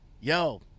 Yo